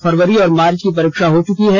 फरवरी और मार्च की परीक्षा हो चुकी है